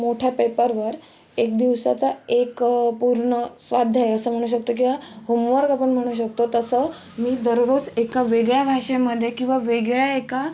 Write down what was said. मोठ्या पेपरवर एक दिवसाचा एक पूर्ण स्वाध्याय असं म्हणू शकतो किंवा होमवर्क आपण म्हणू शकतो तसं मी दररोज एका वेगळ्या भाषेमध्ये किंवा वेगळ्या एका